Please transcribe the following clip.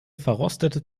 verrostete